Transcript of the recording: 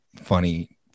funny